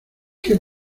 qué